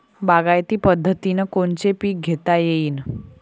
बागायती पद्धतीनं कोनचे पीक घेता येईन?